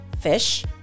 fish